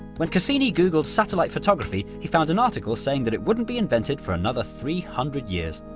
when cassini googled satellite photography, he found an article saying that it wouldn't be invented for another three hundred years.